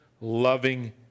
loving